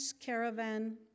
caravan